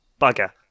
Bugger